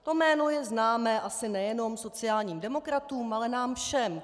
To jméno je známé asi nejenom sociálním demokratům, ale nám všem.